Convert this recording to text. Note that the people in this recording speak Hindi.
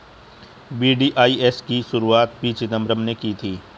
वी.डी.आई.एस की शुरुआत पी चिदंबरम ने की थी